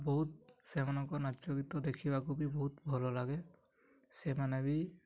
ବହୁତ ସେମାନଙ୍କ ନାଚ ଗୀତ ଦେଖିବାକୁ ବି ବହୁତ ଭଲ ଲାଗେ ସେମାନେ ବି